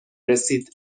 رسید